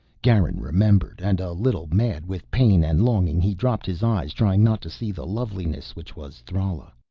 garin remembered. and, a little mad with pain and longing, he dropped his eyes, trying not to see the loveliness which was thrala.